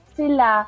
sila